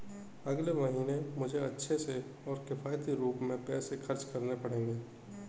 अगले महीने मुझे अच्छे से और किफायती रूप में पैसे खर्च करने पड़ेंगे